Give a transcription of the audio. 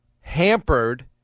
hampered